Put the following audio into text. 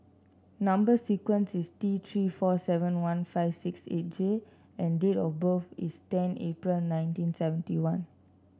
number sequence is T Three four seven one five six eight J and date of birth is ten April nineteen seventy one